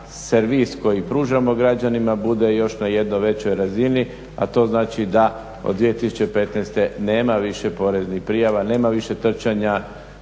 servis koji pružamo građanima bude još na jednoj većoj razini, a to znači da od 2015. nema više poreznih prijava, nema više trčanja